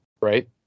right